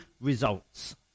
results